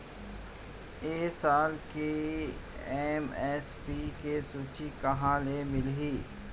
ए साल के एम.एस.पी के सूची कहाँ ले मिलही?